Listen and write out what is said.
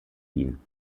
wien